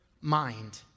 mind